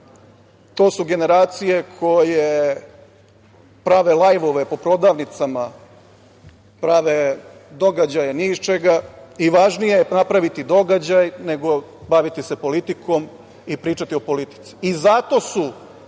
to su generacije koje prave lajvove po prodavnicama, prave događaje ni iz čega i važnije je napraviti događaj nego baviti se politikom i pričati o politici. Zato su